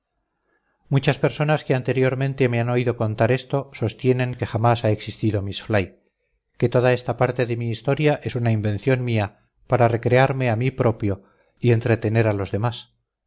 muchas personas que anteriormente me han oído contar esto sostienen que jamás ha existido miss fly que toda esta parte de mi historia es una invención mía para recrearme a mí propio y entretener a los demás